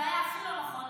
זה היה הכי לא נכון,